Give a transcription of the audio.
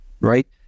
right